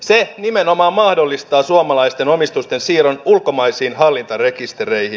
se nimenomaan mahdollistaa suomalaisten omistusten siirron ulkomaisiin hallintarekistereihin